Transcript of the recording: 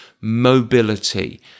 mobility